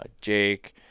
Jake